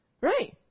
Right